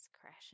crashing